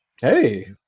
hey